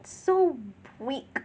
so weak